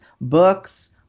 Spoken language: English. books